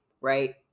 right